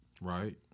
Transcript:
Right